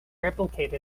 replicate